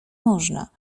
można